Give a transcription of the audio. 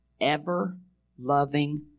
ever-loving